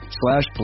slash